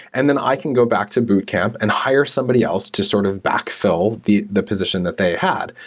and then i can go back to boot camp and hire somebody else to sort of backfill the the position that they had.